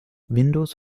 windows